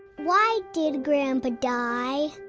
why did grandpa die?